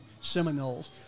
Seminoles